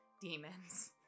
demons